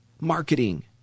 Marketing